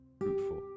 fruitful